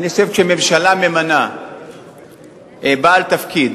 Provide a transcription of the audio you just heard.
אני חושב שכשממשלה ממנה בעל תפקיד